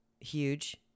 huge